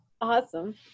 awesome